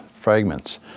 fragments